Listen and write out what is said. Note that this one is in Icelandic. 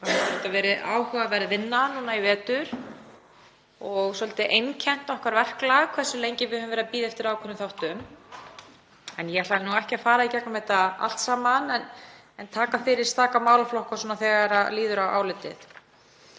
þetta verið áhugaverð vinna núna í vetur og svolítið einkennt okkar verklag hversu lengi við höfum verið að bíða eftir ákveðnum þáttum. En ég ætla nú ekki að fara í gegnum þetta allt saman heldur taka fyrir einstaka málaflokka þegar líður á álitið.